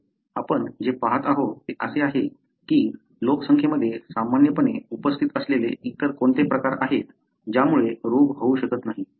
आपण जे पाहतो ते असे आहे की लोकसंख्येमध्ये सामान्यपणे उपस्थित असलेले इतर कोणते प्रकार आहेत ज्यामुळे रोग होऊ शकत नाही ठीक आहे